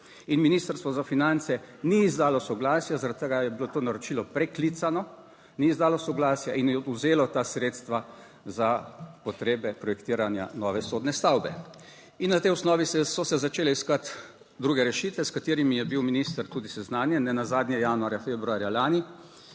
in Ministrstvo za finance ni izdalo soglasja, zaradi tega je bilo to naročilo preklicano. Ni izdalo soglasja in je odvzelo ta sredstva za potrebe projektiranja nove sodne stavbe. In na tej osnovi so se začele iskati druge rešitve, s katerimi je bil minister tudi seznanjen. Nenazadnje januarja, februarja lani,